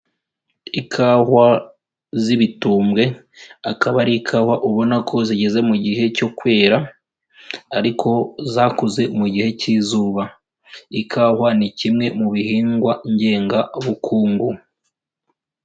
Ikawa z'ibitumbwe, akaba ari ikawa ubona ko zigeze mu gihe cyo kwera ariko zakuze mu gihe cy'izuba. Ikawa ni kimwe mu bihingwa ngengabukungu.